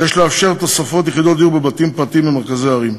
יש לאפשר תוספות ליחידות דיור בבתים פרטיים במרכזי ערים,